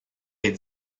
est